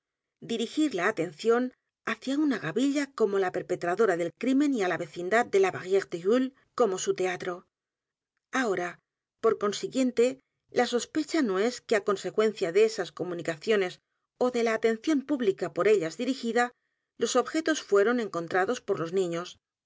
dirigir la atención hacia una gavilla como la perpetradora del crimen y á la vecindad de la barriere du roule como su teatro ahora por consiguiente la sospecha no es que á consecuencia de esas comunicaciones ó de la atención pública por ellas dirigida los objetos fueron encontrados por los niños